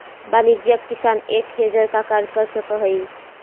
वाणिज्यिक किसान एक हेजर का कार्य कर सकअ हई